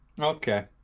Okay